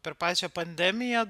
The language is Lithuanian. per pačią pandemiją